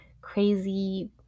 crazy